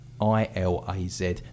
I-L-A-Z